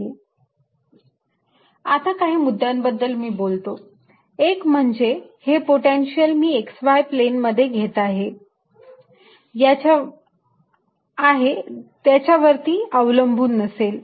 2V 0 qδ0 आता काही मुद्द्यांबद्दल मी बोलतो एक म्हणजे हे पोटेन्शियल मी x y प्लेन मध्ये आहे याच्यावरती अवलंबून नसेल